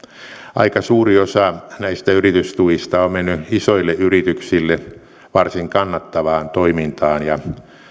aika suuri osa näistä yritystuista on mennyt isoille yrityksille varsin kannattavaan toimintaan ja